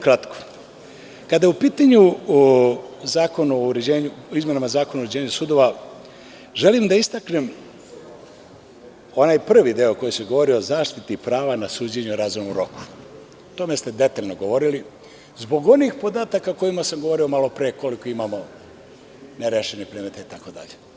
Kada je u pitanju zakon o izmenama Zakona o uređenju sudova, želim da istaknem onaj prvi deo u kojem se govori o zaštiti prava na suđenje u razumnom roku, o tome ste detaljno govorili, a sve zbog onih podataka o kojima sam govorio malo pre, koliko imamo nerešenih predmeta itd.